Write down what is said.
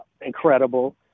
incredible